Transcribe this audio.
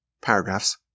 paragraphs